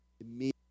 immediately